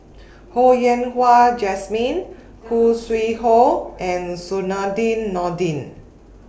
Ho Yen Wah Jesmine Khoo Sui Hoe and Zainudin Nordin